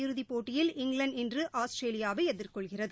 இறுதிப் போட்டியில் இங்கிலாந்து இன்று அளை ஆஸ்திரேலியாவைஎதிர்கொள்கிறது